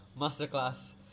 Masterclass